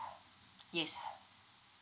yes